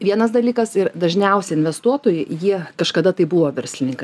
vienas dalykas ir dažniausia investuotojai jie kažkada tai buvo verslininkai